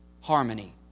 Harmony